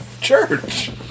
church